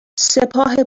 سپاه